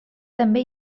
també